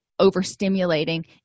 overstimulating